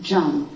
Jump